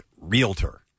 realtor